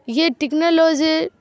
یہ ٹیکنالوزی